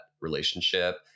relationship